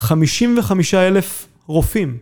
55 אלף רופאים